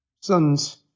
sons